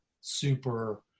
super